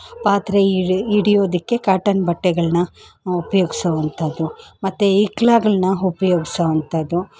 ಪಾತ್ರೆ ಇಡ್ ಹಿಡಿಯೋದಿಕ್ಕೆ ಕಾಟನ್ ಬಟ್ಟೆಗಳನ್ನ ಉಪಯೋಗ್ಸೋವಂಥದ್ದು ಮತ್ತು ಇಕ್ಕಳಗಳ್ನ ಉಪ್ಯೋಗ್ಸೋವಂಥದ್ದು